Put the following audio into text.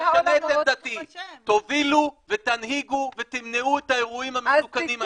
האולמות --- תובילו ותנהיגו ותמנעו את האירועים המסוכנים האלה.